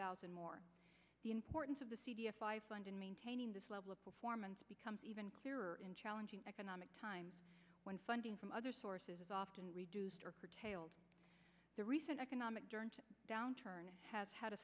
thousand more the importance of the c d f and in maintaining this level of performance becomes even clearer in challenging economic times when funding from other sources is often reduced or curtailed the recent economic downturn has had a